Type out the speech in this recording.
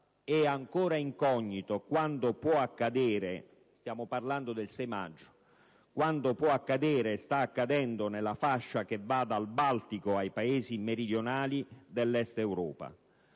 «È ancora incognito quanto può accadere - stiamo parlando del 6 maggio - e sta accadendo nella fascia che va dal Baltico ai Paesi meridionali dell'Est Europa».